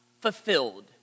fulfilled